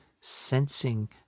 sensing